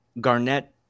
Garnett